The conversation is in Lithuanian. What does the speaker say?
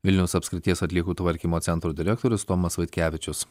vilniaus apskrities atliekų tvarkymo centro direktorius tomas vaitkevičius